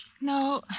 No